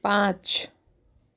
पाँच